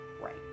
right